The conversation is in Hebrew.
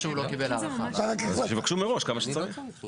שיבקשו מראש כמה שצריך.